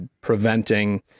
preventing